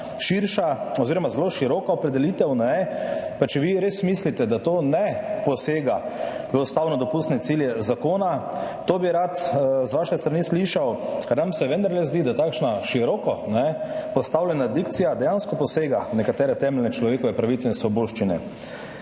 Zakaj takšna, zelo široka opredelitev? Ali vi res mislite, da to ne posega v ustavno dopustne cilje zakona? To bi rad z vaše strani slišal. Ker nam se vendarle zdi, da takšna široko postavljena dikcija dejansko posega v nekatere temeljne človekove pravice in svoboščine.